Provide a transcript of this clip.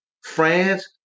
France